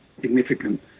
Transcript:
significant